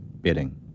bidding